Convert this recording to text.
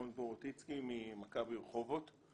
רון וורוטיצקי ממכבי רחובות.